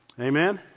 Amen